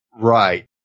Right